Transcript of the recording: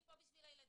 אני פה בשביל הילדים.